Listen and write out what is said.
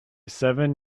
seven